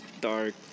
dark